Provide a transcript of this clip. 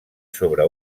sobre